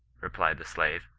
replied the slave